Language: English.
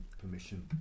permission